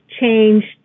changed